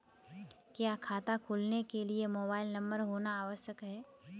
क्या खाता खोलने के लिए मोबाइल नंबर होना आवश्यक है?